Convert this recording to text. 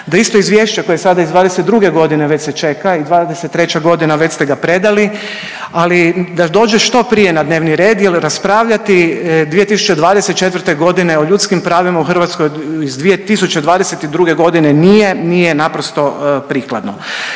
da isto izvješća koja sada iz '22.g. već se čeka i '23.g. već ste ga predali, ali da dođe što prije na dnevni red jel raspravljati 2024. o ljudskim pravima u Hrvatskoj iz 2022.g. nije, nije naprosto prikladno.